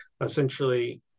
essentially